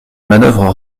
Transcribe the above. manœuvre